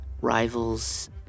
rivals